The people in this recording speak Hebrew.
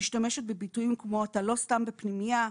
משתמשת בביטוים כמו "אתה לא סתם בפנימייה",